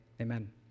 amen